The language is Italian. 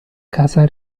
casa